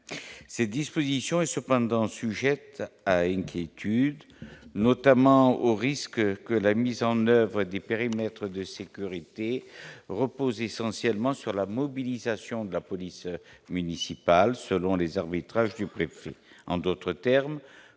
ces dispositions est cependant sujette à une quiétude notamment au risque que la mise en oeuvre des périmètres de sécurité repose essentiellement sur la mobilisation de la police municipale, selon les arbitrages du préfet en d'autres termes,